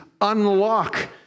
unlock